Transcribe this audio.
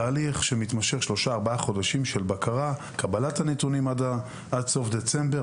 תהליך של בקרה, קבלת הנתונים עד סוף דצמבר.